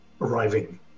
arriving